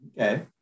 Okay